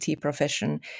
profession